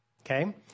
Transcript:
okay